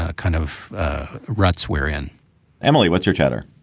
ah kind of ruts we're in emily, what's your chatter?